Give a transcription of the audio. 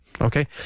Okay